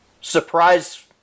surprise